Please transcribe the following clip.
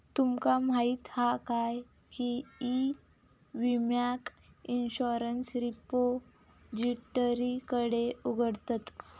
तुमका माहीत हा काय की ई विम्याक इंश्युरंस रिपोजिटरीकडे उघडतत